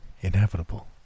inevitable